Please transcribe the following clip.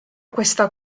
questa